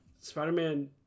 Spider-Man